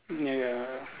ya